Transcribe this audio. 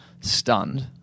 stunned